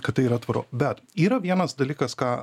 kad tai yra tvaru bet yra vienas dalykas ką